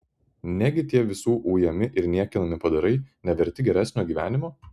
negi tie visų ujami ir niekinami padarai neverti geresnio gyvenimo